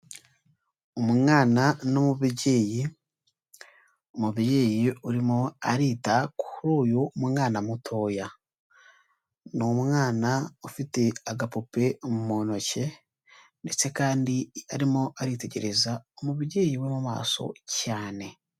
Umwana n'umubyeyi, umubyeyi urimo arita kuri uyu mwana mutoya. Ni umwana ufite agapupe mu ntoke, ndetse kandi arimo aritegereza umubyeyi we mu maso cyane.